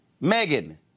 Megan